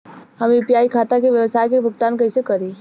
हम यू.पी.आई खाता से व्यावसाय के भुगतान कइसे करि?